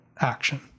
action